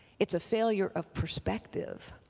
it's a failure of perspective.